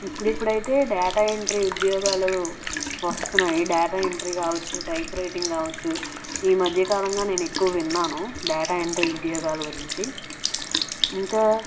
ఇప్పుడు ఇప్పుడు అయితే డేటా ఎంట్రీ ఉద్యోగాలు వస్తున్నాయి డేటా ఎంట్రీ కావచ్చు టైప్రైటింగ్ కావచ్చు ఈ మధ్య కాలంగా నేను ఎక్కువ విన్నాను డేటా ఎంట్రీ ఉద్యోగాల గురించి ఇంకా